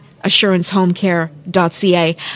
assurancehomecare.ca